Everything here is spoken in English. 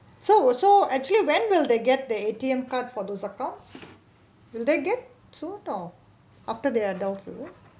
so so actually when will they get the A_T_M card for those accounts will they get sort of after they adult is it